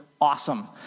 awesome